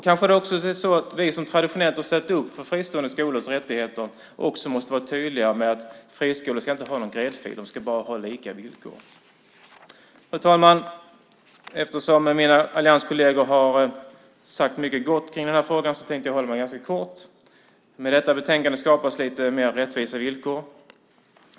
Kanske måste vi som traditionellt har stått upp för fristående skolors rättigheter också vara tydliga med att friskolor inte ska ha någon gräddfil utan bara lika villkor. Fru talman! Eftersom mina allianskolleger har sagt mycket gott i den här frågan tänker jag hålla mig ganska kort. Med detta betänkande skapas lite mer rättvisa villkor.